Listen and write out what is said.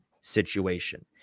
situation